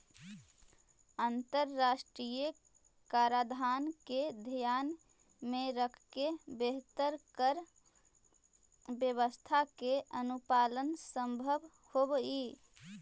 अंतरराष्ट्रीय कराधान के ध्यान में रखके बेहतर कर व्यवस्था के अनुपालन संभव होवऽ हई